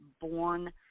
born